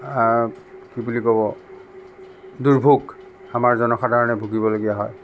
কি বুলি ক'ব দুৰ্ভোগ আমাৰ জনসাধাৰণে ভুগিবলগীয়া হয়